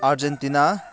Argentina